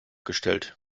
gestellt